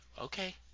Okay